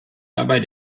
dabei